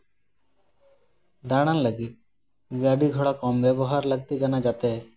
ᱫᱟᱲᱟᱱ ᱞᱟᱹᱜᱤᱫ ᱜᱟᱹᱰᱤ ᱜᱷᱚᱲᱟ ᱠᱚᱢ ᱵᱮᱵᱚᱦᱟᱨ ᱞᱟᱹᱠᱛᱤ ᱠᱟᱱᱟ ᱡᱟᱛᱮ